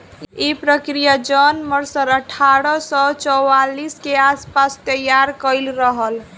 इ प्रक्रिया John Mercer अठारह सौ चौवालीस के आस पास तईयार कईले रहल